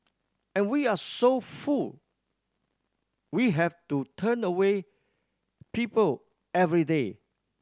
and we are so full we have to turn away people every day